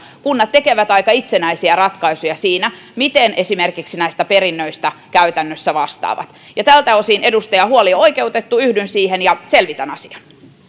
kunnat tekevät aika itsenäisiä ratkaisuja siinä miten ne esimerkiksi näistä perinnöistä käytännössä vastaavat tältä osin edustajan huoli on oikeutettu yhdyn siihen ja selvitän asian